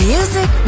Music